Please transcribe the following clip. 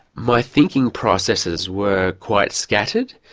my thinking processes were quite scattered,